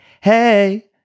Hey